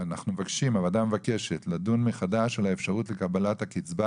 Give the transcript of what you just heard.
הוועדה מבקשת לדון מחדש על האפשרות לקבלת קצבה